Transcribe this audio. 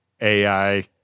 AI